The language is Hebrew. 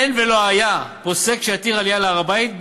אין ולא היה פוסק שיתיר עלייה להר-הבית,